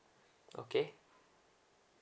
okay